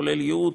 כולל ייעוץ,